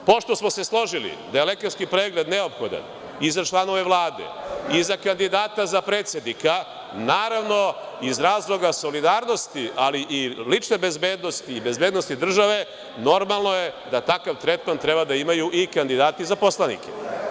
Pošto smo se složili da je lekarski pregled neophodan i za članove Vlade i za kandidata za predsednika, naravno, iz razloga solidarnosti, ali i lične bezbednosti i bezbednosti države, normalno je da takav tretman treba da imaju i kandidati za poslanike.